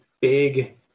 big